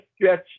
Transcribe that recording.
stretch